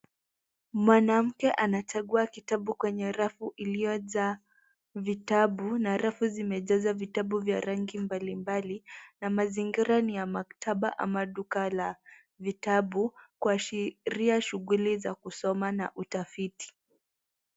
Mwanamke anachagua kitabu kwenye rafu iliyojaa vitabu na rafu zimejaza vitabu vya rangi mbalimbali na mazingira ni ya maktaba ama duka la vitabu kuashiria shughuli za kusoma na utafiti.